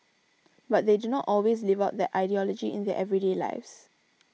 but they do not always live out that ideology in their everyday lives